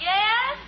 Yes